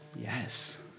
yes